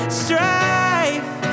strife